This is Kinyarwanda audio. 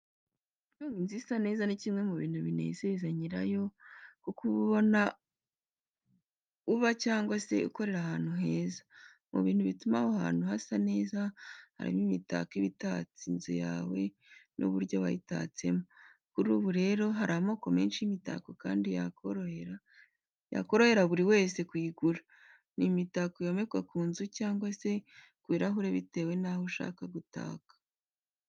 Gutunga inzu isa neza ni kimwe mu bintu binezeza nyirayo kuko uba ubona uba cyangwa se ukorera ahantu heza. Mu bintu bituma aho uba hasa neza harimo n'imitako iba itatse inzu yawe n'uburyo wayitatsemo. Kuri ubu rero hari amoko menshi y'imitako kandi yakorohera buri wese kuyigura, ni imitako yomekwa ku nzu cyangwa se ku birahuri bitewe naho ushaka gutaka.